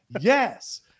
yes